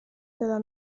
della